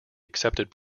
accepted